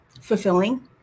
fulfilling